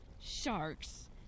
sharks